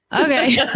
Okay